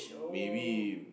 maybe